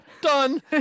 done